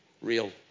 real